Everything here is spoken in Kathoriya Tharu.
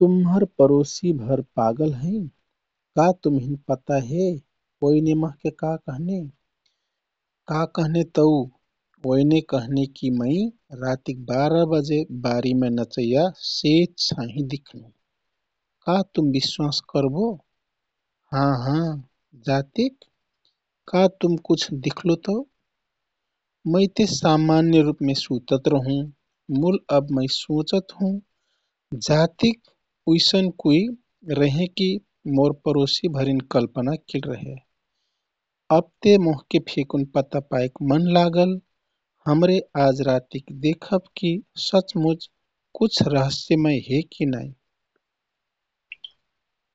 तुम्हर परोसीभर पागल हैँ । का तुमहिन पता हे ओइने मोहके का कहने? का कहने तौ? ओइने कहनेकि मै रातिक बारा बजे बारीमे नचैया सेत छाँही दिख्नु। का तुम विश्वास करबो? हाँ हाँ! जातिक? का तुम कुछ दिख्लो तौ? "मैँ ते सामान्य रूपमे सुतत रहुँ। मूल अब मै सोचतहुँ.... जातिक उइसन कुछ रहे कि मोर परोसीभरीन कल्पना किल रहे? "अब ते मोहके फेकुन पता पाइक मन लागल! हमरे आज रातिक देखब कि सचमुच कुछ रहस्यमय हे कि नाइ।